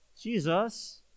Jesus